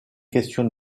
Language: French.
questions